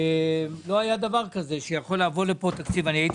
לא היה דבר כזה שיכול לבוא לכאן תקציב וילך